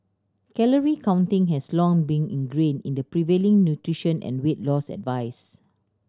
calorie counting has long been ingrained in the prevailing nutrition and weight loss advice